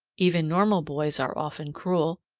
even normal boys are often cruel.